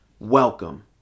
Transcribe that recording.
welcome